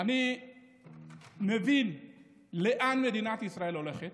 אני מבין לאן מדינת ישראל הולכת.